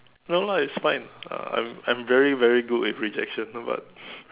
no lah it's fine uh I am I am very very good with rejection now but